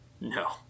no